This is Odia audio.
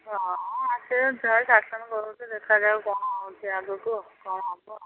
ହଁ ସେ ଯାହା ବି ଶାସନ କରନ୍ତୁ ଦେଖାଯାଉ କ'ଣ ହୋଉଛି ଆଗକୁ କ'ଣ ହବ